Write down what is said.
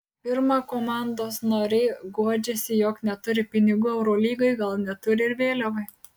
pirma komandos nariai guodžiasi jog neturi pinigų eurolygai gal neturi ir vėliavai